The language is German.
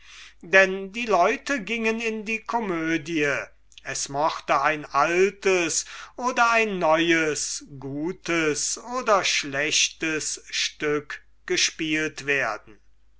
denn die leute gingen in die komödie es mochte ein altes oder neues gutes oder schlechtes stück gespielt werden